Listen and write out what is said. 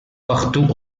partout